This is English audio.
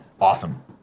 awesome